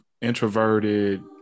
introverted